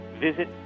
visit